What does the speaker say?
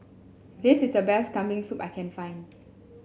this is the best Kambing Soup I can find